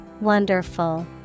Wonderful